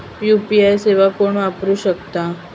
UPI सेवा कोण वापरू शकता?